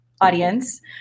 audience